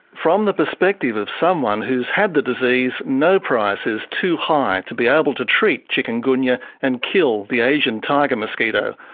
from the perspective of someone who's had the disease, no price is too high to be able to treat chikungunya and kill the asian tiger mosquito.